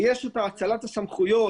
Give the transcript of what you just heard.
ויש את האצלת הסמכויות,